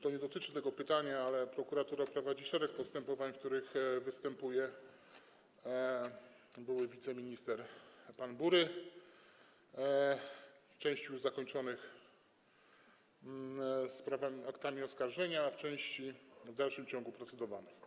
To nie dotyczy tego pytania, ale prokuratura prowadzi szereg postępowań, w których występuje były wiceminister pan Bury, w części już zakończonych aktami oskarżenia, a w części w dalszym ciągu procedowanych.